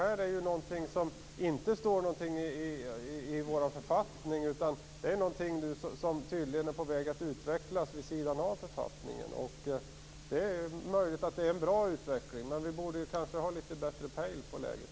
Detta är någonting som det inte står någonting om i vår författning, utan det är någonting som tydligen är på väg att utvecklas vid sidan av författningen. Det är möjligt att det är en bra utveckling, men i så fall borde vi kanske ha litet bättre pejl på läget.